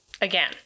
Again